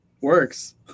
works